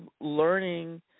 learning